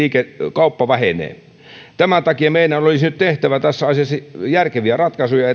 kauppa vähenee tämän takia meidän olisi nyt tehtävä tässä asiassa järkeviä ratkaisuja